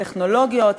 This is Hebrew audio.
טכנולוגיות,